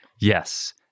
Yes